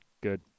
good